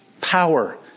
power